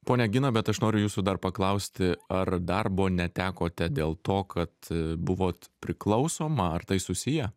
ponia gina bet aš noriu jūsų dar paklausti ar darbo netekote dėl to kad buvot priklausoma ar tai susiję